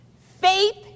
Faith